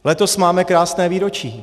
Letos máme krásné výročí.